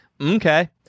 okay